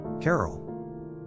Carol